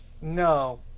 no